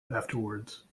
afterwards